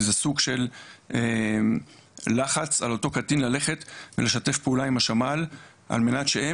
זה סוג של לחץ על אותו קטין ללכת לשתף פעולה עם השמ"ל על מנת שהם